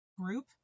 group